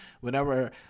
Whenever